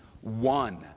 one